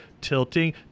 tilting